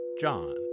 John